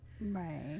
Right